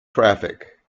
traffic